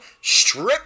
strip